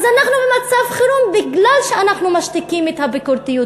אנחנו במצב חירום בגלל שאנחנו משתיקים את הביקורתיות,